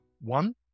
One